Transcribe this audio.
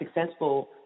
successful